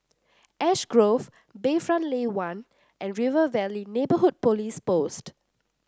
Ash Grove Bayfront Lane One and River Valley Neighbourhood Police Post